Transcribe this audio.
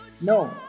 No